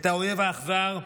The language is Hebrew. את האויב האכזר,